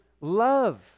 love